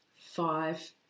five